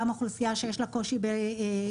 גם אוכלוסייה שיש לה קושי בשפה,